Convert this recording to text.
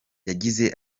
yagize